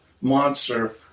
monster